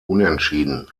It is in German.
unentschieden